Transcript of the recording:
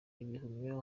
ibihumyo